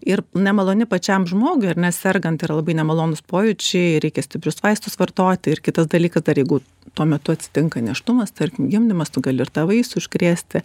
ir nemaloni pačiam žmogui ar ne sergant ir labai nemalonūs pojūčiai reikia stiprius vaistus vartoti ir kitas dalykas jeigu tuo metu atsitinka nėštumas gimdymas tu gali ir tą vaisių užkrėsti